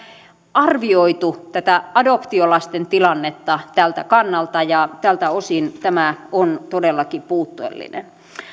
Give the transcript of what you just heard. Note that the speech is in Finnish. arvioitu adoptiolasten tilannetta tältä kannalta ja tältä osin tämä on todellakin puutteellinen